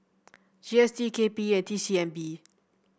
G S T K P E and T C M P